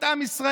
את עם ישראל,